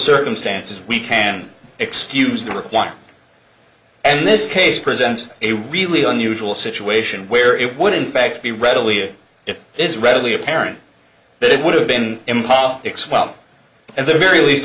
circumstances we can excuse number one and this case presents a really unusual situation where it would in fact be readily it is readily apparent that it would have been him politics well and the very least